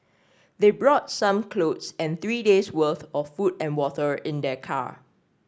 they brought some clothes and three days' worth of food and water in their car